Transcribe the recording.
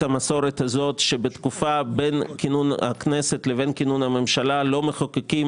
המסורת הזאת שבתקופה שבין כינון הכנסת לבין כינון הממשלה לא מחוקקים